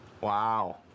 Wow